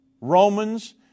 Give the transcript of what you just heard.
Romans